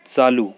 चालू